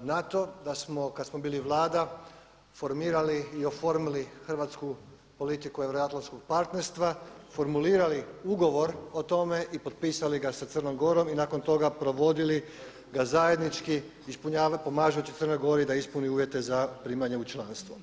NATO, da smo kad smo bili Vlada formirali i oformili hrvatsku politiku euroatlantskog partnerstva, formulirali ugovor o tome i potpisali ga sa Crnom Gorom i nakon toga provodili ga zajednički pomažući Crnoj Gori da ispuni uvjete za primanje u članstvo.